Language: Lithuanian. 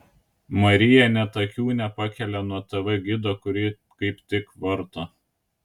marija net akių nepakelia nuo tv gido kurį kaip tik varto